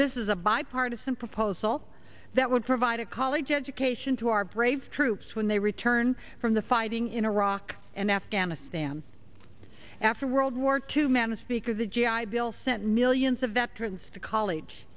this is a bipartisan proposal that would provide a college education to our brave troops when they return from the fighting in iraq and afghanistan after world war two man a speaker the g i bill sent millions of veterans to college